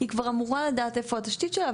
היא כבר אמורה לדעת איפה התשתית שלה,